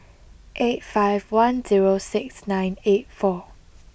eight five one zero six nine eight four